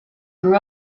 grew